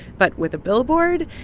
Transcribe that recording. but with a billboard,